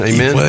Amen